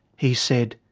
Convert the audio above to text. he said,